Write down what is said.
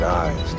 eyes